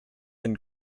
and